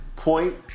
point